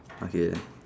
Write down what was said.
okay